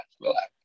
relax